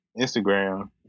Instagram